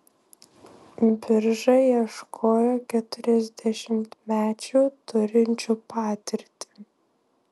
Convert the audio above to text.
birža ieškojo keturiasdešimtmečių turinčių patirtį